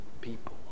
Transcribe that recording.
people